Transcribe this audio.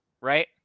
right